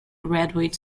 graduate